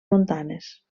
montanes